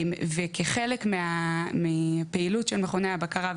וכחלק מהפעילות של מכוני הבקרה,